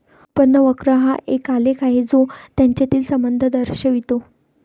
उत्पन्न वक्र हा एक आलेख आहे जो यांच्यातील संबंध दर्शवितो